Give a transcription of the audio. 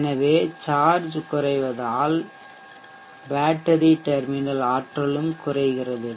எனவே சார்ஜ் குறைவதால் battery terminal ஆற்றலும் குறைகிறது